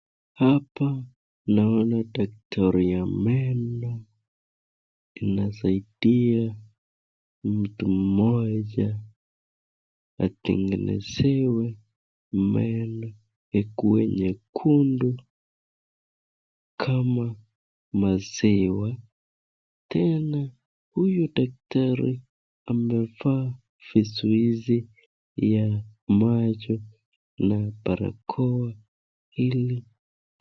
Hapa naona daktari ya meno inasaidia mtu mmoja atengenezewe meno ikuwe nyekundu kama maziwa. Tena huyo daktari amevaa vizuizi ya macho na barakoa ili.